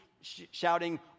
shouting